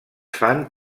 fan